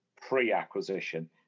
pre-acquisition